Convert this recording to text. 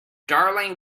darling